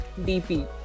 DP